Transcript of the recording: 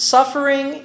Suffering